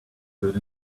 good